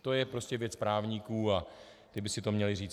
To je prostě věc právníků a ti by si to měli říct.